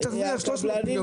היא תרוויח 300 מיליון.